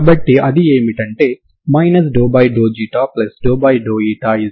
కాబట్టి f1 fx ను negative వైపుకు పొడిగించిన సరి ఫంక్షన్ అవుతుంది